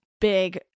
big